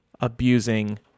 abusing